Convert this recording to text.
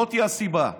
זוהי הסיבה האמיתית.